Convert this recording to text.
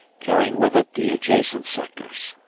carrying with it the adjacent sectors,